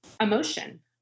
emotion